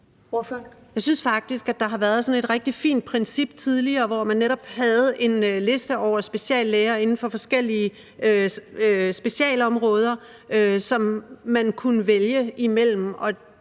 Jeg synes faktisk, der har været sådan et rigtig fint princip tidligere, hvor man netop havde sådan en liste over speciallæger inden for forskellige specialeområder, som man kunne vælge mellem.